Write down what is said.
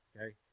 okay